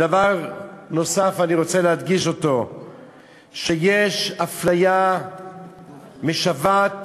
דבר נוסף שאני רוצה להדגיש: יש אפליה משוועת